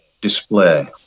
display